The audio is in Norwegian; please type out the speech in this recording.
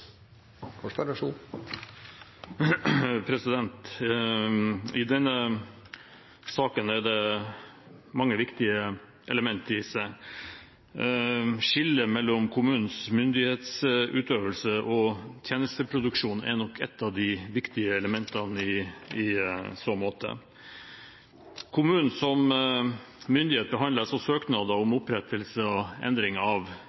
I denne saken er det mange viktige element. Skillet mellom kommunens myndighetsutøvelse og tjenesteproduksjon er nok et av de viktigste elementene i så måte. Kommunen som myndighet behandler altså søknader om opprettelse og endring av